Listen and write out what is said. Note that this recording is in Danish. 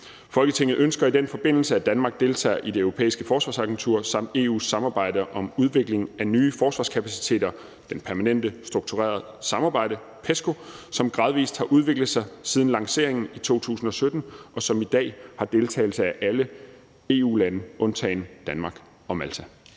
Folketinget ønsker i den forbindelse, at Danmark deltager i Det Europæiske Forsvarsagentur samt EU’s samarbejde om udvikling af nye forsvarskapaciteter – Det Permanente Strukturerede Samarbejde (PESCO) – som gradvist har udviklet sig siden lanceringen i 2017, og som i dag har deltagelse af alle EU-lande undtagen Danmark og Malta.«